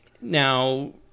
Now